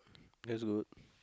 that's good